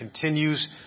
continues